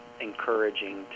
encouraging